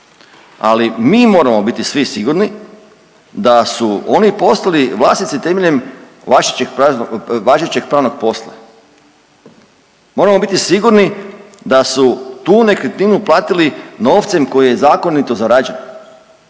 ali mi moramo biti svi sigurni da su oni postali vlasnici temeljem važećeg pravnog posla, moramo biti sigurni da su tu nekretninu platili novcem koji je zakonito zarađen,